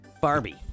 barbie